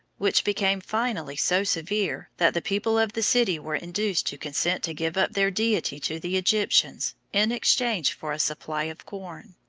which became finally so severe that the people of the city were induced to consent to give up their deity to the egyptians in exchange for a supply of corn.